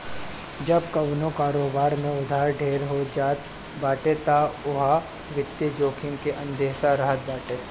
जब कवनो कारोबार में उधार ढेर हो जात बाटे तअ उहा वित्तीय जोखिम के अंदेसा रहत बाटे